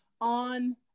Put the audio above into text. on